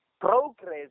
progress